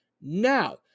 Now